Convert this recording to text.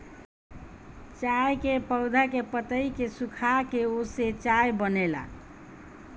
चाय के पौधा के पतइ के सुखाके ओसे चाय बनेला